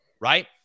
right